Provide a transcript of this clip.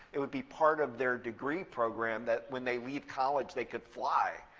it would be part of their degree program that when they leave college they could fly.